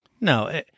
No